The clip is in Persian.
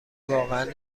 واقعا